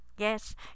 Yes